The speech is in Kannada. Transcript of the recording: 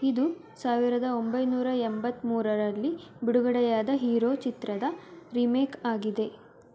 ಇದು ಸಾವಿರದ ಒಂಬೈನೂರ ಎಂಬತ್ತ್ಮೂರರಲ್ಲಿ ಬಿಡುಗಡೆಯಾದ ಹೀರೋ ಚಿತ್ರದ ರಿಮೇಕ್ ಆಗಿದೆ